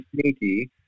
sneaky